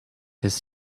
his